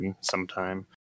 Sometime